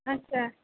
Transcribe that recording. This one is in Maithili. अच्छा